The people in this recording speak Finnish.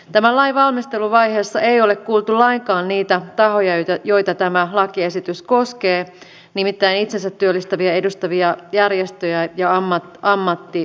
tämän lain valmisteluvaiheessa ei ole kuultu lainkaan niitä tahoja joita tämä lakiesitys koskee nimittäin itsensätyöllistäjiä edustavia järjestöjä ja matti ka matti